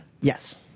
Yes